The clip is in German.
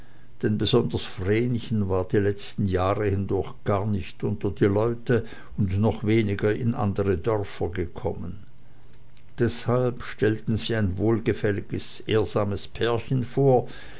denn besonders vrenchen war die letzten jahre hindurch gar nicht unter die leute und noch weniger in andere dörfer gekommen deshalb stellten sie ein wohlgefälliges ehrsames pärchen vor